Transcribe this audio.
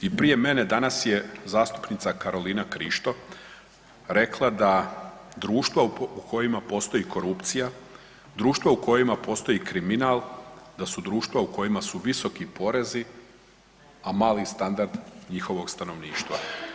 I prije mene danas je zastupnica Karolina Krišto rekla da društva u kojima postoji korupcija, društva u kojima postoji kriminal da su društva u kojima su visoki porezi, a mali standard njihovog stanovništva.